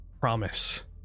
promise